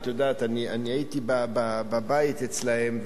הייתי בבית אצלם,